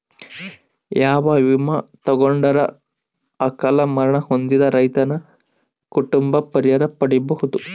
ಯಾವ ವಿಮಾ ತೊಗೊಂಡರ ಅಕಾಲ ಮರಣ ಹೊಂದಿದ ರೈತನ ಕುಟುಂಬ ಪರಿಹಾರ ಪಡಿಬಹುದು?